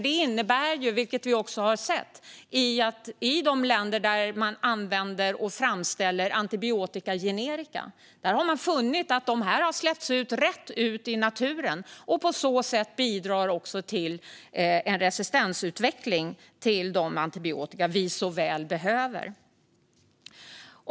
Det innebär, vilket vi också har sett, att i de länder där man använder och framställer antibiotikagenerika har man funnit att de har släppts rätt ut i naturen. På så sätt bidrar de också till en resistensutveckling för de antibiotika vi så väl behöver.